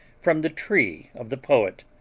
from the tree of the poet.